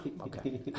Okay